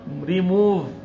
remove